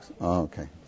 Okay